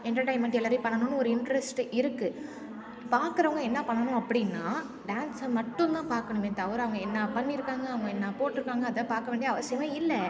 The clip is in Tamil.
என்டர்டெயின்மென்ட் எல்லோரையும் பண்ணணும்ன்னு ஒரு இன்ட்ரெஸ்ட்டு இருக்குது பாக்கறவங்க என்ன பண்ணணும் அப்படின்னா டான்ஸை மட்டும் தான் பார்க்கணுமே தவிர அவங்க என்ன பண்ணியிருக்காங்க அவங்க என்ன போட்ருக்காங்க அதைப் பார்க்க வேண்டிய அவசியமே இல்லை